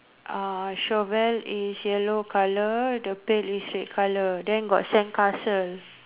uh shovel is yellow colour the pail is red colour then got sandcastle